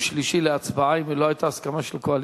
שלישי להצבעה אם לא היתה הסכמה של הקואליציה?